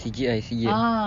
C_G_I C_G_I